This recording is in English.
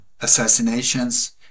assassinations